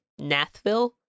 Nathville